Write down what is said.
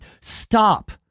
stop